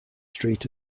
street